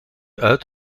uit